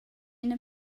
ina